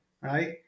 right